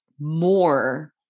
more